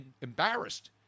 embarrassed